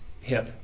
hip